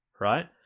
right